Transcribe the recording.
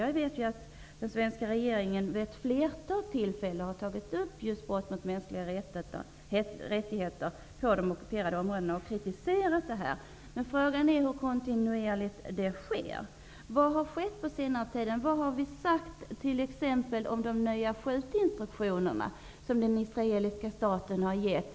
Jag vet att den svenska regeringen vid ett flertal tillfällen har tagit upp just brott mot mänskliga rättigheter på de ockuperade områdena och kritiserat sådana, men frågan är hur kontinuerligt det sker. Vad har skett på senare tid? Vad har vi t.ex. sagt om de nya skjutinstruktioner som den israeliska staten har utfärdat?